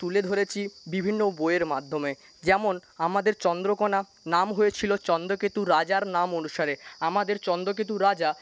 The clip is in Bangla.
তুলে ধরেছি বিভিন্ন বইয়ের মাধ্যমে যেমন আমাদের চন্দ্রকোণা নাম হয়েছিল চন্দ্রকেতু রাজার নাম অনুসারে আমাদের চন্দ্রকেতু রাজা